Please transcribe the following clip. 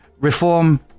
reform